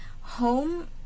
Home